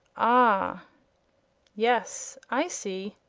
ah yes i see.